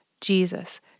Jesus